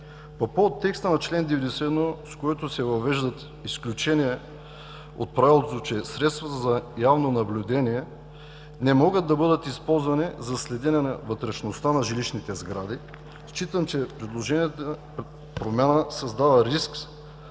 По повод текста на чл. 91, с който се въвеждат изключения от правилото, че средства за явно наблюдение не могат да бъдат използвани за следене на вътрешността на жилищните сгради, смятам, че предложенията за промяна създават риск